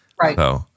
Right